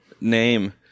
name